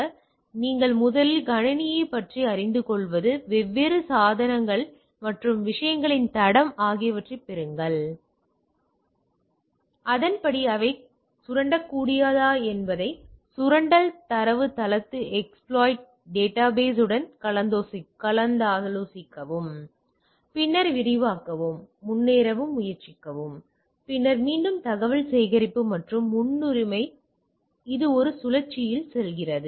எனவே நீங்கள் முதலில் கணினியைப் பற்றி அறிந்துகொள்வது வெவ்வேறு சாதனங்கள் மற்றும் விஷயங்களின் தடம் ஆகியவற்றைப் பெறுங்கள் அதன்படி அவை சுரண்டக்கூடியதா என்பதை சுரண்டல் தரவுத்தளத்துஎஸ்பிலோய்ட் டேட்டாபேஸ் உடன் கலந்தாலோசிக்கவும் பின்னர் விரிவாக்கவும் முன்னேறவும் முயற்சிக்கவும் பின்னர் மீண்டும் தகவல் சேகரிப்பு மற்றும் முன்னும் பின்னுமாக அது ஒரு சுழற்சியில் செல்கிறது